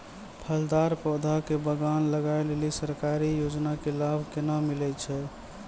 फलदार पौधा के बगान लगाय लेली सरकारी योजना के लाभ केना मिलै छै?